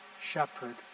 shepherd